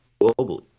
globally